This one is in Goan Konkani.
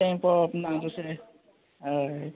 तें पोळोप ना दुसरें हय